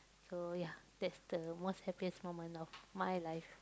so ya that's the most happiest moment of my life